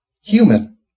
human